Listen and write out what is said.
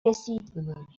رسید